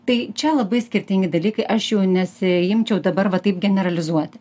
tai čia labai skirtingi dalykai aš jų nesiimčiau dabar va taip generalizuoti